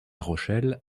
rochelle